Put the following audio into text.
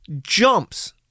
jumps